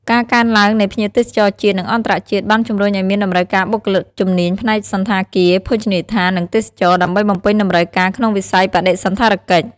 ការកើនឡើងនៃភ្ញៀវទេសចរជាតិ និងអន្តរជាតិ បានជំរុញឱ្យមានតម្រូវការបុគ្គលិកជំនាញផ្នែកសណ្ឋាគារ ភោជនីយដ្ឋាន និងទេសចរណ៍ ដើម្បីបំពេញតម្រូវការក្នុងវិស័យបដិសណ្ឋារកិច្ច។